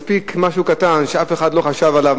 כי מספיק משהו קטן שאף אחד לא חשב עליו,